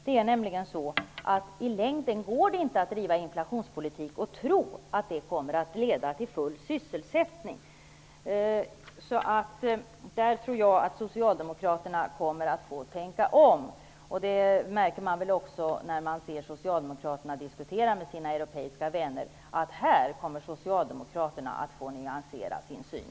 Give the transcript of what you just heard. Det går nämligen inte i längden att driva inflationspolitik och tro att det kommer att leda till full sysselsättning. Jag tror att Socialdemokraterna får tänka om. När man hör Socialdemokraterna diskutera med sina europeiska vänner inser man också att de kommer att få nyansera sin syn.